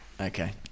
Okay